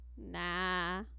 Nah